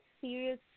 serious